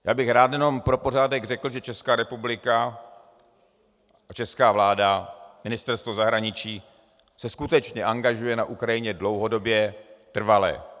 Já bych rád jenom pro pořádek řekl, že Česká republika a česká vláda, Ministerstvo zahraničí se skutečně angažují na Ukrajině dlouhodobě, trvale.